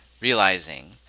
realizing